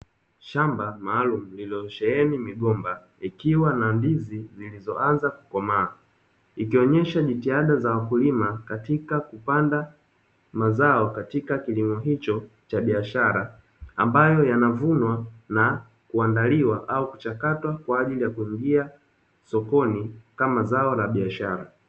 Shamba maalumu lililosheheni migomba, ikiwa na ndizi zilizoanza kukomaa. Ikionyesha jitihada za wakulima katika kupanda mazao katika kilimo hicho cha biashara, ambayo yanavunwa na kuandaliwa au kuchakatwa, kwa ajili ya kuingia sokoni kama zao la biashara.